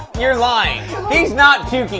you're lying. he's not too.